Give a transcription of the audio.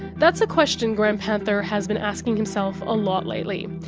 that's a question graham panther has been asking himself a lot lately.